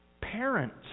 Parents